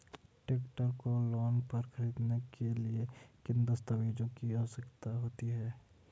Tractor को loan पर खरीदने के लिए किन दस्तावेज़ों की आवश्यकता होती है?